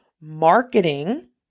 marketing